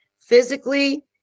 physically